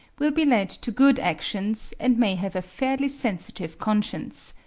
will be led to good actions, and may have a fairly sensitive conscience.